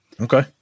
Okay